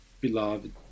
beloved